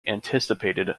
anticipated